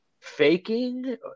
faking